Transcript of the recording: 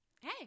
hey